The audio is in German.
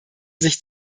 sich